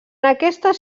aquestes